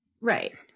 Right